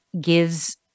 gives